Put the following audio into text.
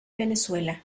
venezuela